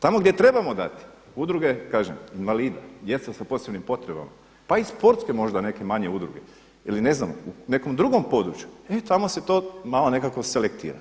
Tamo gdje trebamo dati udruge invalida, djeca sa posebnim potrebama pa i sportske možda neke manje udruge ili ne znam u nekom drugom području, e tamo se to malo nekako selektira.